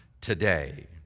today